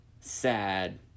sad